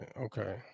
okay